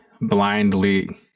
blindly